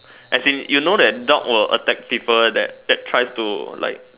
as in you know that dog will attack people that that try to like